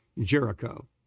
Jericho